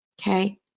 okay